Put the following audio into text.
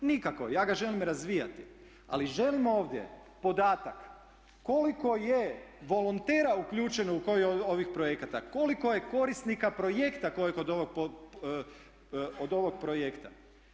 Nikako, ja ga želim razvijati. ali želim ovdje podatak koliko je volontera uključeno u koji od ovih projekata, koliko je korisnika projekta kojih od ovog projekta.